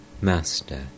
Master